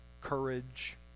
courage